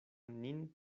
nin